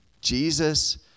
Jesus